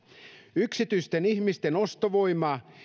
yksityisten ihmisten ostovoimaa